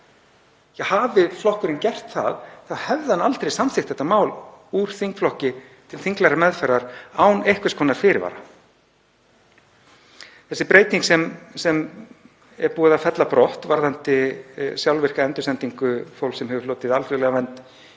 Hefði flokkurinn gert það hefði hann aldrei samþykkt þetta mál úr þingflokki til þinglegrar meðferðar án einhvers konar fyrirvara. Þessi breyting sem er búið að fella brott varðandi sjálfvirka endursendingu fólks sem hefur hlotið alþjóðlega vernd